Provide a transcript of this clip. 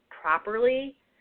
properly